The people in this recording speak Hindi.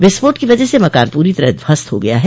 विस्फोट की वजह से मकान पूरी तरह ध्वस्त हो गया है